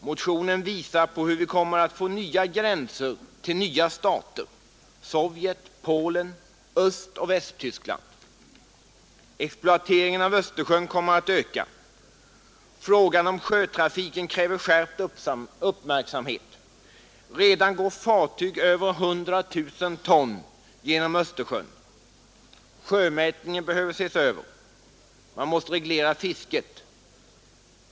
Motionen påvisar hur vi kommer att få nya gränser till ”nya” stater Sovjet, Polen, Östoch Västtyskland. Exploateringen av Östersjön kommer att öka. Frågan om sjötrafiken kräver skärpt uppmärksamhet. Redan går fartyg på över 100 000 ton genom Östersjön. Sjömätningen behöver s över. Man måste reglera fisket.